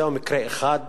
זהו מקרה אחד,